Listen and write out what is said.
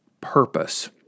purpose